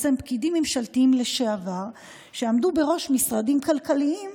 פקידים ממשלתיים לשעבר שעמדו בראש משרדים כלכליים,